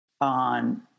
on